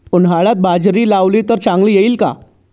उन्हाळ्यात बाजरी लावली तर चांगली येईल का?